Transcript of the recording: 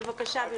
בבקשה.